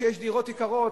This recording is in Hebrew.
כשיש דירות יקרות,